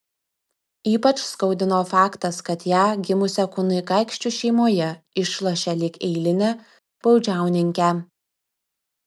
ypač skaudino faktas kad ją gimusią kunigaikščių šeimoje išlošė lyg eilinę baudžiauninkę